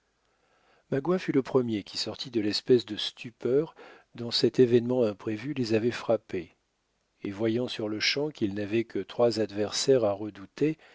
ma quoi fut le premier qui sortit de l'espèce de stupeur dont cet événement imprévu les avait frappés et voyant sur-lechamp qu'il n'avait que trois adversaires à redouter